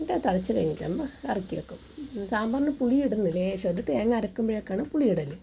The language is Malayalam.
എന്നിട്ട് അത് തിളച്ച് കഴിഞ്ഞിട്ടാകുമ്പോൾ ഇറക്കി വെക്കും സാമ്പാറിന് പുളിയിടുന്നു ലേശം തേങ്ങാ അരക്കുമ്പോഴൊക്കെയാണ് പുളിയിടൽ